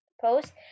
post